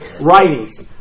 writings